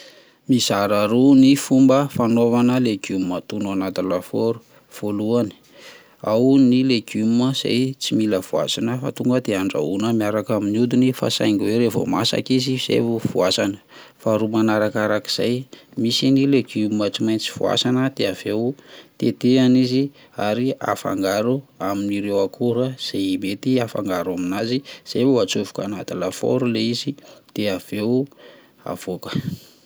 Mizara roa ny fomba fanaovana legioma atono anaty lafaoro voalohany, ao ny legioma izay tsy mila voasana fa tonga de andrahoana miaraka amin'ny hodiny fa saingy hoe revo masaka izy zay vo voasana, faharoa manarakarak'izay misy ny legioma tsy maintsy voasana dia avy eo tetehana izy ary afangaro amin'ireo akora zay mety afangaro amin'azy zay vao antsofoka anaty lafaoro le izy de avy eo avoaka.